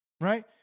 right